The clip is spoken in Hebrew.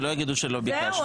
שלא יגידו שלא ביקשנו,